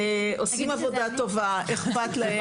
עושים עבודה טובה ואכפת להם.